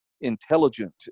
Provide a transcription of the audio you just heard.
intelligent